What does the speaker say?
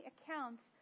accounts